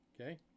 Okay